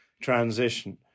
transition